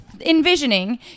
envisioning